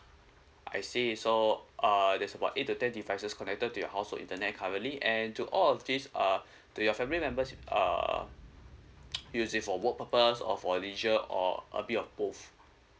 I see so uh there's about eight to ten devices connected to your household internet currently and do all these uh do your family members uh use it for work purpose or for leisure or a bit of both